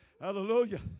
Hallelujah